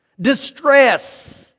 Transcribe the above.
Distress